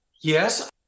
Yes